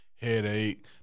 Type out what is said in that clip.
headache